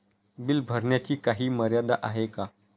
Bill भरण्याची काही मर्यादा आहे का?